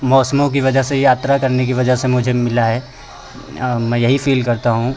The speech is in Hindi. मौसमों की वजह से ही यात्रा करने की वजह से मुझे मिला है मैं यही फ़ील करता हूँ